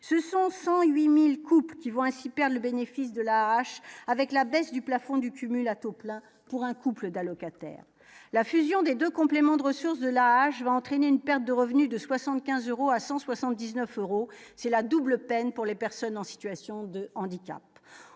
ce sont 108000 couples qui vont ainsi perd le bénéfice de la avec la baisse du plafond du cumul à taux plein pour un couple d'allocataires, la fusion des 2 compléments de ressources de la page va entraîner une perte de revenus de 75 euros à 179 euros, c'est la double peine pour les personnes en situation de handicap,